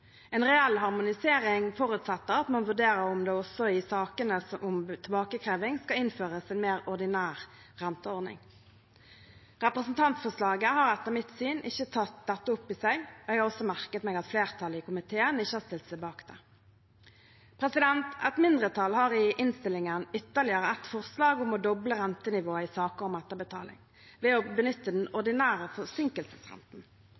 En reell harmonisering forutsetter at man vurderer om det også i sakene om tilbakekreving skal innføres en mer ordinær renteordning. Representantforslaget har etter mitt syn ikke tatt dette opp i seg. Jeg har også merket meg at flertallet i komiteen ikke har stilt seg bak det. Et mindretall har i innstillingen ytterligere et forslag om å doble rentenivået i saker om etterbetaling, ved å benytte den